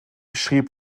schrieb